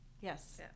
Yes